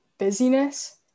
busyness